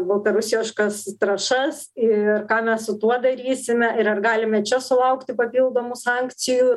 baltarusijoškas trąšas ir ką mes su tuo darysime ir ar galime čia sulaukti papildomų sankcijų